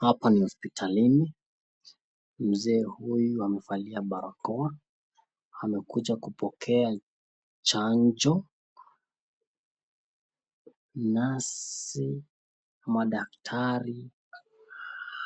Hapa ni hospitalini , mzee huyu amevalia barakoa , amekuja kupokea chanjo ,nasi , madaktari